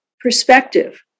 perspective